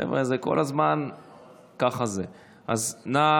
חבר'ה, זה כל הזמן ככה, אז נא